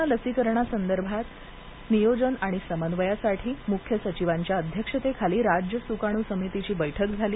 corona लसीकरणासंदर्भात नियोजन आणि समन्वयासाठी मुख्य सचिवांच्या अध्यक्षतेखाली राज्य सुकाणू समितीची बैठक झाली